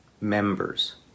members